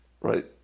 Right